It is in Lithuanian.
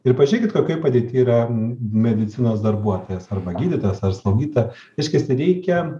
tai pažiūrėkit kokioj padėty yra medicinos darbuotojas arba gydytas ar slaugytoja reiškias reikia